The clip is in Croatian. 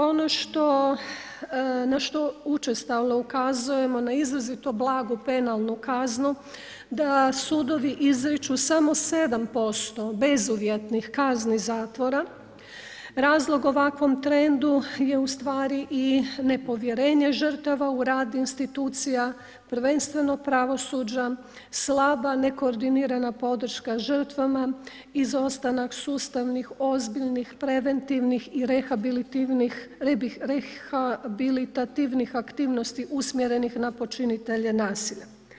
Ono na što učestalo ukazujemo, na izrazito blagu penalnu kaznu, da sudovi izriču samo 7% bezuvjetnih kazni zatvora, razlog ovakvom trendu je ustvari i nepovjerenje žrtava u rad institucija, prvenstveno pravosuđa, slaba nekoordinirana podrška žrtvama, izostanak sustavnih ozbiljnih, preventivnih i rehabilitativnih aktivnosti usmjerenih na počinitelje nasilja.